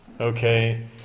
Okay